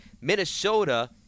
Minnesota